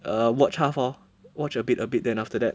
err watch half lor watch hor a bit a bit then after that